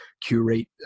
curate